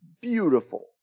beautiful